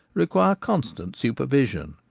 require constant supervision.